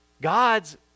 God's